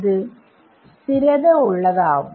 അത് സ്ഥിരത ഉള്ളതാവും